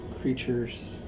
Creatures